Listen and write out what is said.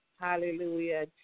Hallelujah